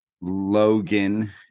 Logan